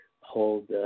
hold